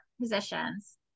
positions